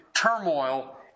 turmoil